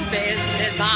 business